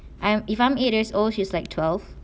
I'm if I'm eight years old she's like twelve